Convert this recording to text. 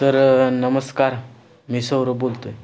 sir नमस्कार मी सौरब बोलतो आहे